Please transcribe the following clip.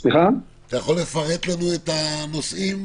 אתה יכול לפרט לנו את הנושאים?